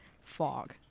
fog